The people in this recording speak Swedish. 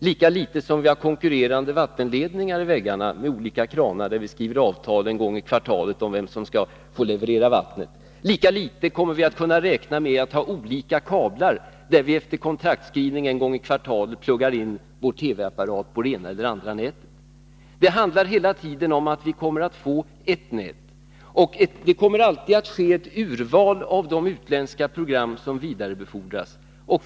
Lika litet som vi har konkurrerande vattenledningar i väggarna med olika kranar och där vi skriver avtal en gång i kvartalet om vem som skall få leverera vattnet, lika litet kommer vi att kunna räkna med att ha olika kablar, där vi efter kontraktskrivning en gång i kvartalet pluggar in vår TV-apparat på det ena eller andra nätet. Det handlar hela tiden om att vi kommer att få ert nät. Ett urval av de utländska program som vidarebefordras kommer alltid att ske.